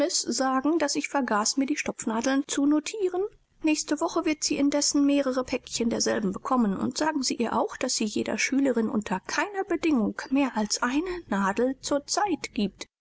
sagen daß ich vergaß mir die stopfnadeln zu notieren nächste woche wird sie indessen mehre päckchen derselben bekommen und sagen sie ihr auch daß sie jeder schülerin unter keiner bedingung mehr als eine nadel zur zeit giebt